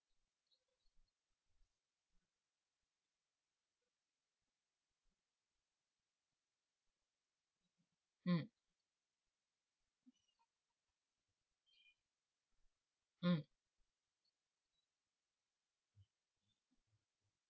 mm mm